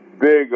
big